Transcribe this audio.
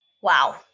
Wow